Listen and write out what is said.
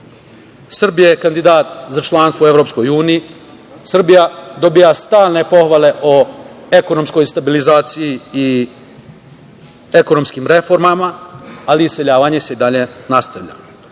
Srbija je kandidat za članstvo u EU, Srbija dobija stalne pohvale o ekonomskoj stabilizaciji i ekonomskim reformama, ali iseljavanje se i dalje nastavlja.O